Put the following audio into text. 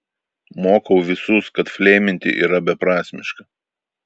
mokau visus kad fleiminti yra beprasmiška